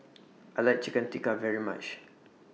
I like Chicken Tikka very much